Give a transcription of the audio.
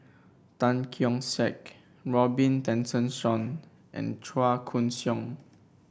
Tan Keong Saik Robin Tessensohn and Chua Koon Siong